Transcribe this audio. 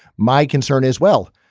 my concern is, well,